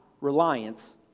reliance